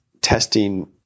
testing